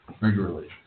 regularly